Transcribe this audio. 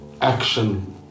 action